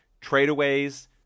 tradeaways